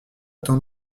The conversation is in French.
tant